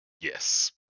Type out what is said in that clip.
Yes